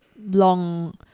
long